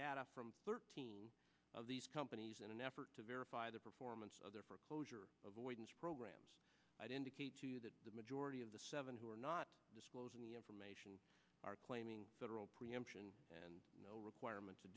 data from thirteen of these companies in an effort to verify the performance of their foreclosure of avoidance programs i'd indicate to you that the majority of the seven who are not disclosing the information are claiming federal preemption and no requirement to